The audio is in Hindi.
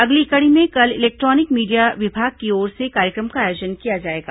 अगली कड़ी में कल इलेक्ट्रॉनिक मीडिया विभाग की ओर से कार्यक्रम का आयोजन किया जाएगा